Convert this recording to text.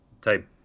type